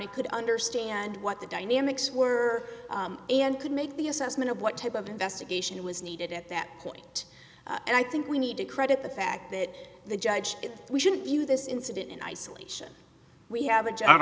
and could understand what the dynamics were and could make the assessment of what type of investigation was needed at that point and i think we need to credit the fact that the judge we shouldn't view this incident in isolation we have a job